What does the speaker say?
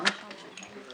הישיבה ננעלה בשעה 12:58.